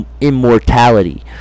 immortality